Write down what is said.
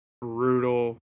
brutal